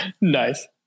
Nice